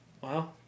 Wow